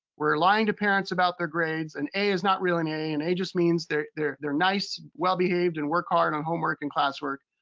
we're lying to parents about their grades. an a is not really an a. an a just means they're they're nice, well behaved and work hard on homework and classwork.